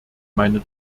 meine